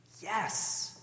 Yes